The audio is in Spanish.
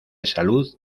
salud